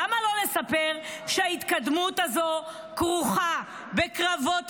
למה לא לספר שההתקדמות הזו כרוכה בקרבות